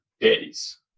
days